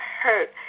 hurt